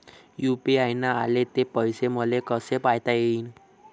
UPI न आले ते पैसे मले कसे पायता येईन?